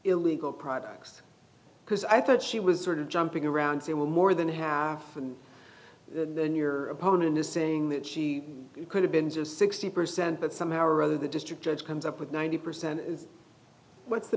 illegal products because i thought she was sort of jumping around saying well more than half and then your opponent is saying that she could have been just sixty percent but somehow or other the district judge comes up with ninety percent of what's the